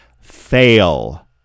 Fail